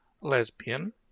lesbian